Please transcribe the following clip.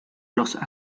los